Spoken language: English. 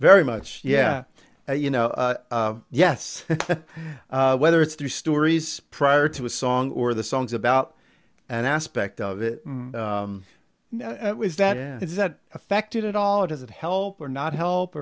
very much yeah you know yes whether it's through stories prior to a song or the songs about an aspect of it is that it's that affected at all or does it help or not help